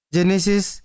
Genesis